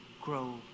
grow